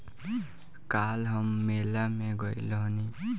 काल्ह हम मेला में गइल रहनी